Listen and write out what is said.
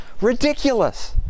ridiculous